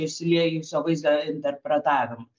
išsiliejusio vaizdo interpretavimo